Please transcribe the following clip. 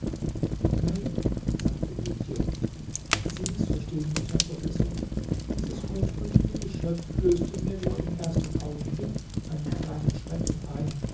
nein sagte mietje sie mißverstehen mich herr professor dieses gutmütige geschöpf flößte mir nur im ersten augenblick einen kleinen schrecken ein